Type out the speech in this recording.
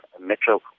Metro